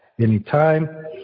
anytime